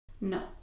No